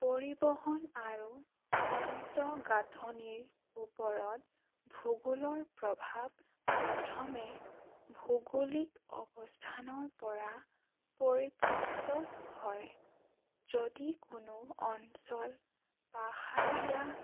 পৰিবহণ আৰু অন্তঃগাঁথনিৰ ওপৰত ভূগোলৰ প্ৰভাৱ প্ৰথমে ভূগোলিক অৱস্থানৰ পৰা পৰিফূতিত হয় যদি কোনো অঞ্চল পাহাৰীয়া